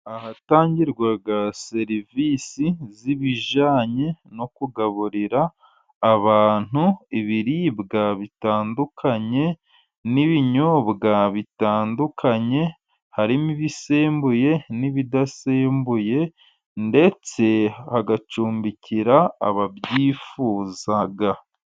Ahatangirwaga serivisi z'ibijyanye no kugaburira abantu ibiribwa bitandukanye, n'ibinyobwa bitandukanye. Harimo ibisembuye n'ibidasembuye, ndetse hagacumbikira ababyifuza.